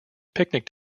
picnic